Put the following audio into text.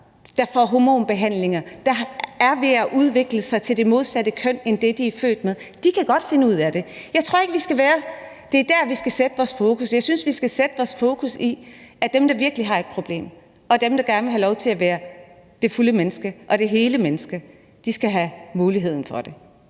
der får hormonbehandlinger, og som er ved at udvikle sig til det modsatte køn af det, de er født med. De kan godt finde ud af det. Jeg tror ikke, at det er der, vi skal sætte vores fokus. Jeg synes, vi skal sætte vores fokus på dem, der virkelig har et problem; og de, der gerne vil have lov til at være et fuldt og helt menneske, skal have muligheden for det.